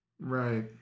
Right